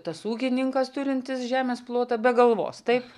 tas ūkininkas turintis žemės plotą be galvos taip